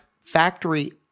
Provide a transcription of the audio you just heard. factory